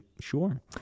sure